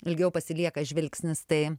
ilgiau pasilieka žvilgsnis tai